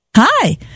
Hi